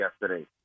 yesterday